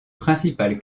principal